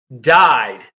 died